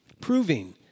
proving